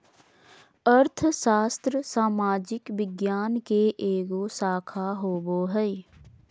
अर्थशास्त्र सामाजिक विज्ञान के एगो शाखा होबो हइ